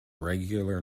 regular